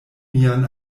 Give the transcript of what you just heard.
mian